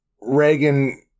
Reagan